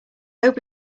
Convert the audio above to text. hope